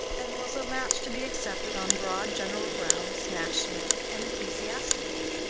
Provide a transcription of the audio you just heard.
and was a match to be accepted on broad general grounds national and ecclesiastical.